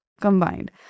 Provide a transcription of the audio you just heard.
combined